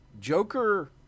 Joker